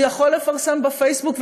הוא יכול לפרסם בפייסבוק,